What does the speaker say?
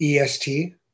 EST